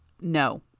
No